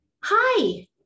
Hi